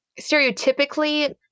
stereotypically